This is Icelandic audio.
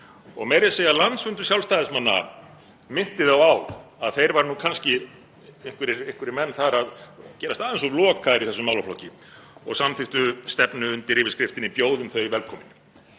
Meira að segja landsfundur Sjálfstæðismanna minnti þá á að kannski væru einhverjir menn þar að gerast aðeins of lokaðir í þessum málaflokki og samþykkti stefnu undir yfirskriftinni Bjóðum þau velkomin.